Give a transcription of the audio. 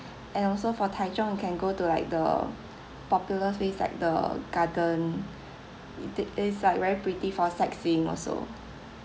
and also for taichung you can go to like the popular place like the garden it's like very pretty for sightseeing also